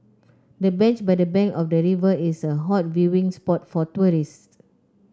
the bench by the bank of the river is a hot viewing spot for tourists